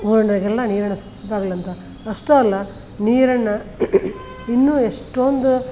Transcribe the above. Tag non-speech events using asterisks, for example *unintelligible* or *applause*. ಊರ್ನಗೆಲ್ಲ ನೀರಿನ ಸ್ *unintelligible* ಅಂತ ಅಷ್ಟೇ ಅಲ್ಲ ನೀರನ್ನು ಇನ್ನೂ ಎಷ್ಟೊಂದು